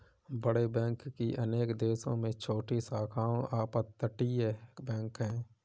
बड़े बैंक की अनेक देशों में छोटी शाखाओं अपतटीय बैंक है